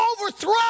overthrow